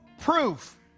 proof